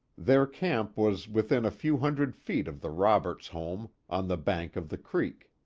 their camp was within a few hundred feet of the roberts home, on the bank of the creek.